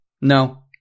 No